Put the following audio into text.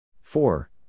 Four